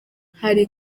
hari